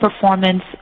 performance